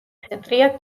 ცენტრია